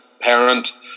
parent